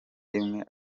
rimwe